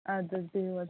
اَدٕ حظ بہیٚو حظ